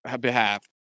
behalf